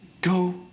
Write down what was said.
Go